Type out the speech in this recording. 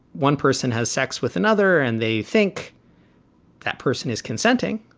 one person has sex with another and they think that person is consenting,